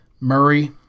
Murray